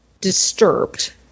disturbed